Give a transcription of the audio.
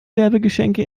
werbegeschenke